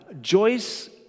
Joyce